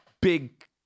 big